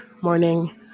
morning